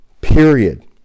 Period